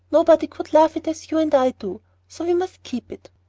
nobody could love it as you and i do so we must keep it.